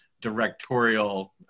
directorial